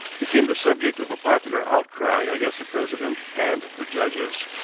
became the subject of a popular outcry against the president and the judges.